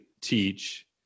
teach